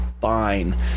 fine